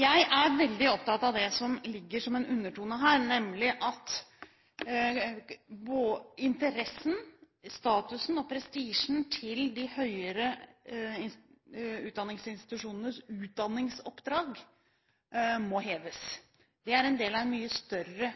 Jeg er veldig opptatt av det som ligger som en undertone her, nemlig at interessen, statusen og prestisjen til de høyere utdanningsinstitusjonenes utdanningsoppdrag må heves. Det er en del av en mye større